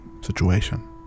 situation